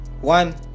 one